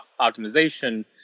optimization